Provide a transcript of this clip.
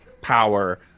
power